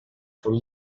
for